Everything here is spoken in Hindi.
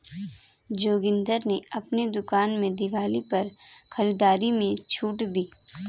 जोगिंदर ने अपनी दुकान में दिवाली पर खरीदारी में छूट दी